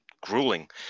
grueling